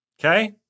Okay